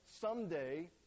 someday